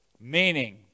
Meaning